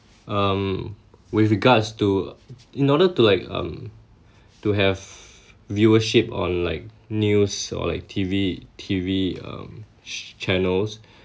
um with regards to in order to like um to have viewership on like news or like T_V T_V um channels